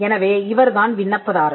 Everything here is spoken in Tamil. எனவே இவர்தான் விண்ணப்பதாரர்